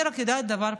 אני רק יודעת דבר פשוט,